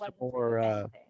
more